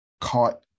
caught